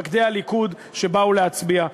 מתפקדי הליכוד שבאו להצביע.